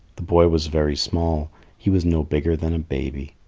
the boy was very small he was no bigger than a baby.